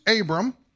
Abram